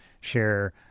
share